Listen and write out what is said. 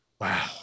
Wow